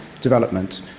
development